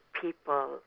people